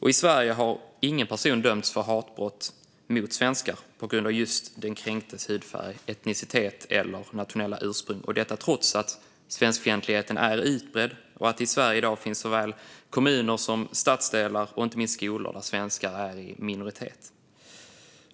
I Sverige har ingen person dömts för hatbrott mot svenskar på grund av just den kränktes hudfärg, etnicitet eller nationella ursprung, detta trots att svenskfientligheten är utbredd och att det i Sverige i dag finns såväl kommuner som stadsdelar och inte minst skolor där svenskar är i minoritet.